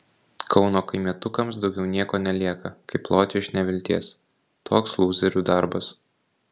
kauno kaimietukams daugiau nieko nelieka kaip loti iš nevilties toks lūzerių darbas